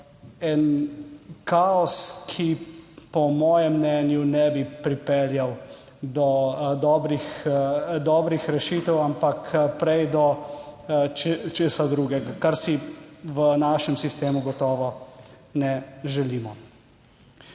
kaos, ki, po mojem mnenju, ne bi pripeljal do dobrih rešitev, ampak prej do česa drugega, česar si v našem sistemu gotovo ne želimo.